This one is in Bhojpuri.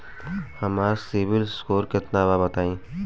हमार सीबील स्कोर केतना बा बताईं?